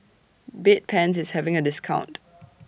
Bedpans IS having A discount